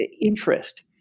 interest